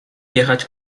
jechać